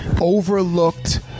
overlooked